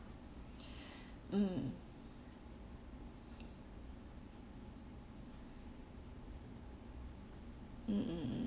mm mm mm